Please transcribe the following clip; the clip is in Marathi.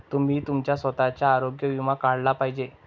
तुम्ही तुमचा स्वतःचा आरोग्य विमा काढला पाहिजे